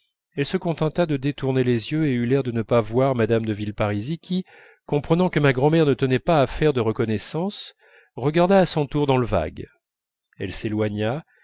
elle se contenta de détourner les yeux et eut l'air de ne pas voir mme de villeparisis qui comprenant que ma grand'mère ne tenait pas à faire de reconnaissances regarda à son tour dans le vague elle s'éloigna